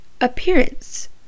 appearance